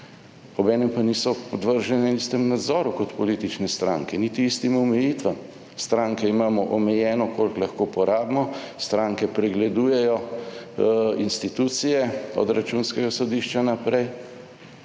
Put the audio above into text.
obenem pa niso podvržene istemu nadzoru kot politične stranke niti istim omejitvam; stranke imamo omejeno, koliko lahko porabimo, stranke pregledujejo institucije, od Računskega sodišča naprej.